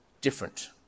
different